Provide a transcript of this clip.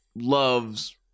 loves